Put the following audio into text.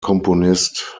komponist